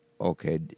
okay